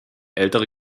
ältere